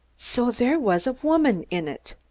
so there was a woman in it!